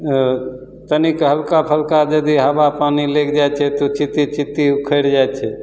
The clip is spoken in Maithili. कनिके हलका फलका यदि हवा पानी लागि जाइ छै तऽ ओ चित्ती चित्ती उखड़ि जाइ छै